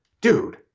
Dude